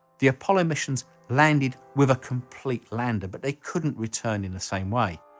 the apollo missions landed with a complete lander but they couldn't return in the same way,